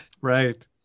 Right